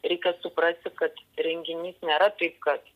reikia suprasti kad renginys nėra taip kad